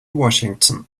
washington